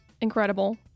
incredible